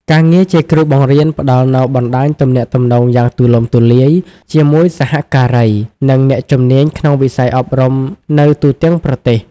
ការងារជាគ្រូបង្រៀនផ្តល់នូវបណ្តាញទំនាក់ទំនងយ៉ាងទូលំទូលាយជាមួយសហការី និងអ្នកជំនាញក្នុងវិស័យអប់រំនៅទូទាំងប្រទេស។